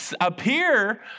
appear